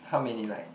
how many like